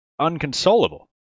unconsolable